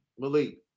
Malik